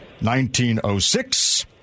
1906